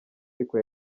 ariko